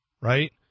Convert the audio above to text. right